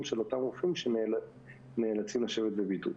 של אותם רופאים שנאלצים לשבת בבידוד.